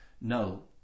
No